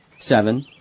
seven.